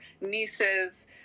nieces